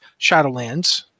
Shadowlands